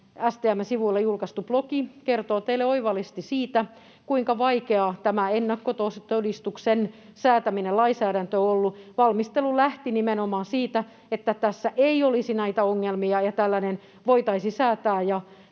STM:n sivuilla julkaistu blogi kertoo teille oivallisesti siitä, kuinka vaikeaa tämä ennakkotodistuksen lainsäädännön säätäminen on ollut. Valmistelu lähti nimenomaan siitä, että tässä ei olisi näitä ongelmia ja tällainen voitaisiin säätää,